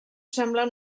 semblen